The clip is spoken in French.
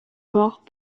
corps